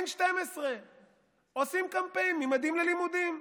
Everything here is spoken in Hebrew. N12. עושים קמפיין ממדים ללימודים,